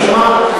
בשביל מה?